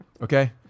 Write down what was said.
okay